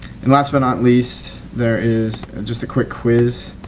and last but not least there is just a quick quiz.